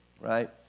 right